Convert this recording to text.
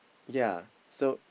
yea so